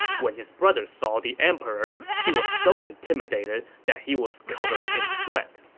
when his brother saw the emperor, he was so intimidated that he was covered in sweat.